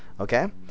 Okay